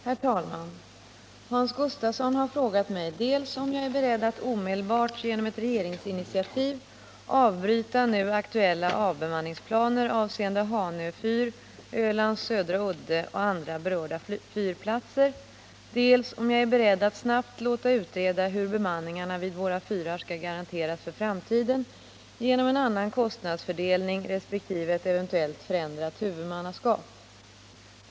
Herr talman! Hans Gustafsson har frågat mig dels om jag är beredd att omedelbart genom ett regeringsinitiativ avbryta nu aktuella avbemanningsplaner avseende Hanö fyr, Ölands södra udde och andra berörda fyrplatser, dels om jag är beredd att snabbt låta utreda hur bemanningarna vid våra fyrar skall garanteras för framtiden genom en annan kostnadsfördelning resp. ett eventuellt förändrat huvudmannaskap.